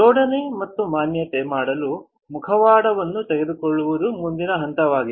ಜೋಡಣೆ ಮತ್ತು ಮಾನ್ಯತೆ ಮಾಡಲು ಮುಖವಾಡವನ್ನು ತೆಗೆದುಕೊಳ್ಳುವುದು ಮುಂದಿನ ಹಂತವಾಗಿದೆ